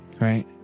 Right